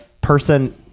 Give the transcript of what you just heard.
person